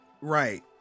Right